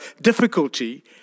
difficulty